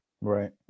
Right